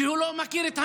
שהוא לא מכיר את המשרד.